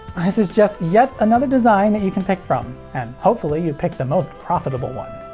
this is just yet another design that you can pick from. and hopefully you pick the most profitable one!